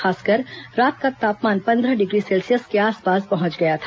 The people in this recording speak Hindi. खासकर रात का तापमान पंद्रह डिग्री सेल्सियस के आसपास पहुंच गया था